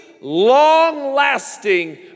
long-lasting